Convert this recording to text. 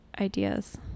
ideas